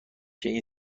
این